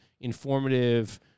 informative